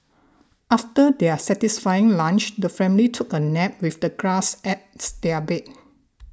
after their satisfying lunch the family took a nap with the grass as their bed